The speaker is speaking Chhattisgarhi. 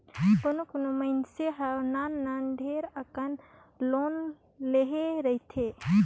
कोनो कोनो मइनसे हर नान नान ढेरे अकन लोन लेहे रहथे